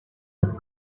with